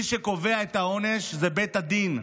מי שקובע את העונש זה בית הדין.